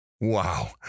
Wow